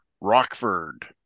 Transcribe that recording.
Rockford